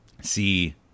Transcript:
see